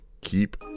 Keep